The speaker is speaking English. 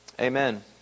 amen